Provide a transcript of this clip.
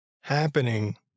happening